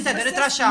בסדר התרשמנו.